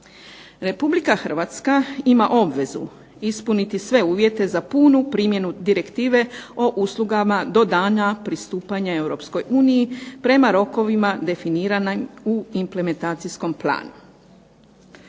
Republika Hrvatska ima obvezu ispuniti sve uvjete za punu primjenu direktive o uslugama do dana pristupanja EU prema rokovima definiranim u implementacijskom planu.